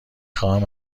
خواهم